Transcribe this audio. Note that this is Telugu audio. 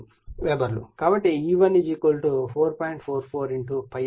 కాబట్టి E1 4